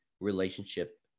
relationship